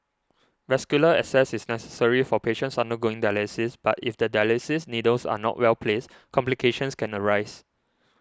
vascular access is necessary for patients undergoing dialysis but if the dialysis needles are not well placed complications can arise